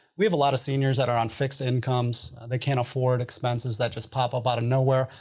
we have a lot of seniors that are on fixed incomes, they can't afford expenses that just pop up out of nowhere.